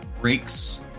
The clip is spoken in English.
breaks